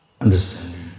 Understanding